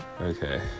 Okay